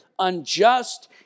unjust